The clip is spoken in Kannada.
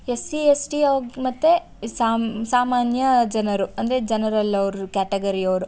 ಎಸ್ ಸಿ ಎಸ್ ಟಿ ಅವ್ರ್ಗೆ ಮತ್ತು ಸಾಮ್ ಸಾಮಾನ್ಯ ಜನರು ಅಂದರೆ ಜನರಲ್ ಅವರು ಕ್ಯಾಟಗರಿ ಅವರು